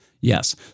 Yes